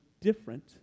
different